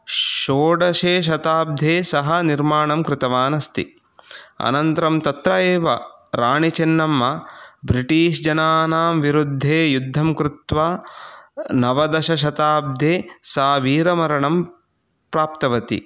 षोडशे शताब्दे सः निर्माणं कृतवानस्ति अनन्तरं तत्र एव राणिचन्नम्म ब्रिटिश्जनानां विरुद्धे युद्धं कृत्वा नवदशशताब्दे सा वीरमरणं प्राप्तवती